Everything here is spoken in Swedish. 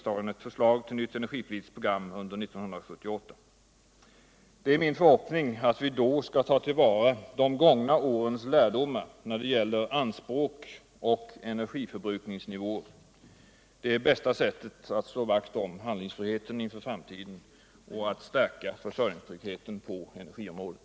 Det är min förhoppning att vi då skall ta till vara de gångna årens lärdomar när det gäller anspråk och energiförbrukningsnivå. Det är bästa sättet att slå vakt om handlingsfriheten inför framtiden och att stärka försörjningstryggheten på energiområdet.